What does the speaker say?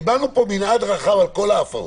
קיבלנו פה מנעד רחב של כל ההפרות,